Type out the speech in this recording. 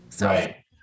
Right